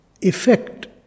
effect